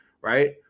right